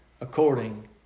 according